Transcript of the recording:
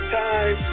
time